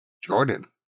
Jordan